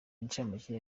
inshamake